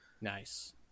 Nice